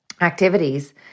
activities